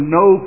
no